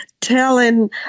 telling